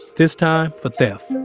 this time for theft.